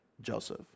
Joseph